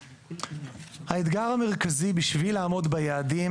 האתגר המרכזי בשביל לעמוד ביעדים,